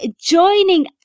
joining